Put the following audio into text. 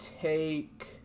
take